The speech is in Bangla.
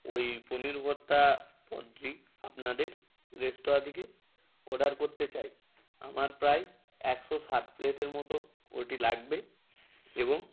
ওই পনির ভর্তা পদটি আপনাদের রেস্তরাঁ থেকে অর্ডার করতে চাই আমর প্রায় একশো ষাট প্লেটের মতো ওইটি লাগবে এবং